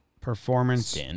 performance